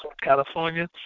California